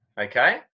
Okay